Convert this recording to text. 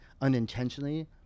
unintentionally